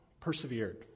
persevered